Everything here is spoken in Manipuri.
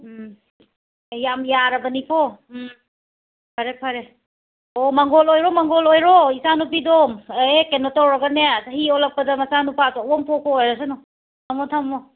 ꯎꯝ ꯌꯥꯝ ꯌꯥꯔꯕꯅꯤꯀꯣ ꯎꯝ ꯐꯔꯦ ꯐꯔꯦ ꯑꯣ ꯃꯪꯒꯣꯜ ꯑꯣꯏꯔꯣ ꯃꯪꯒꯣꯜ ꯑꯣꯏꯔꯣ ꯏꯆꯥ ꯅꯨꯄꯤꯗꯣ ꯍꯦꯛ ꯀꯩꯅꯣ ꯇꯧꯔꯒꯅꯦ ꯆꯍꯤ ꯑꯣꯜꯂꯛꯄꯗ ꯃꯆꯥ ꯅꯨꯄꯥ ꯑꯆꯧꯕꯃ ꯄꯣꯛꯄ ꯑꯣꯏꯔꯁꯅꯣ ꯊꯝꯃꯣ ꯊꯝꯃꯣ